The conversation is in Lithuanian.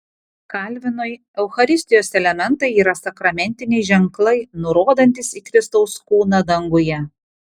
kalvinui eucharistijos elementai yra sakramentiniai ženklai nurodantys į kristaus kūną danguje